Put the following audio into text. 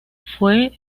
fue